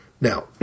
Now